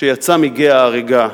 שיצא מגיא ההריגה,